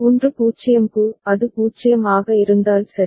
1 0 க்கு அது 0 ஆக இருந்தால் சரி